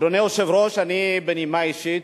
אדוני היושב ראש, אני, בנימה אישית,